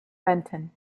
benton